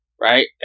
right